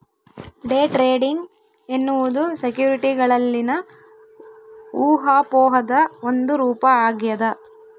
day trading ಎನ್ನುವುದು ಸೆಕ್ಯುರಿಟಿಗಳಲ್ಲಿನ ಊಹಾಪೋಹದ ಒಂದು ರೂಪ ಆಗ್ಯದ